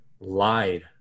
Lied